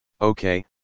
okay